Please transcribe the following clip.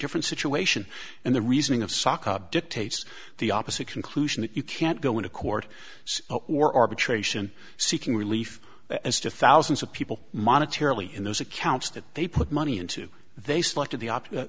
different situation and the reasoning of soccer dictates the opposite conclusion that you can't go into court or arbitration seeking relief as to thousands of people monetary in those accounts that they put money into they selected the op